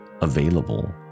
available